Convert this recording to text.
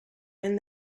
and